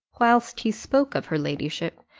whilst he spoke of her ladyship,